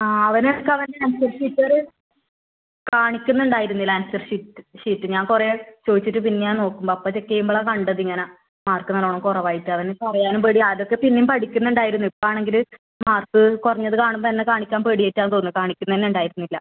ആ അവൻ ഒക്കെ അവൻ്റെ ആൻസർ ഷീറ്റുകൾ കാണിക്കുന്നുണ്ടായിരുന്നില്ല ആൻസർ ഷീറ്റ് ഷീറ്റ് ഞാൻ കുറേ ചോദിച്ചിട്ട് പിന്നെയാ നോക്കുമ്പോൾ അപ്പോൾ ചെക്ക് ചെയ്യുമ്പോഴാ കണ്ടത് ഇങ്ങനെ മാർക്ക് നല്ലോണം കുറവ് ആയിട്ട് അവന് പറയാനും പേടി ആദ്യം ഒക്കെ പിന്നെയും പഠിക്കുന്നുണ്ടായിരുന്നു ഇപ്പോൾ ആണെങ്കിൽ മാർക്ക് കുറഞ്ഞത് കാണുമ്പോൾ എന്നെ കാണിക്കാൻ പേടി ആയിട്ടാ തോന്നുന്നു കാണിക്കുന്നതുതന്നെ ഉണ്ടായിരുന്നില്ല